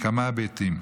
בכמה היבטים.